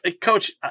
coach